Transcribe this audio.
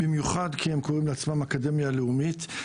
במיוחד כי הם קוראים לעצמם אקדמיה לאומית.